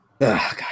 God